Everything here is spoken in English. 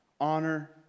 Honor